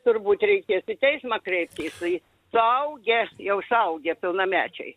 turbūt reikės į teismą kreiptis į suaugę jau suaugę pilnamečiai